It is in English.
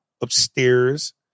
upstairs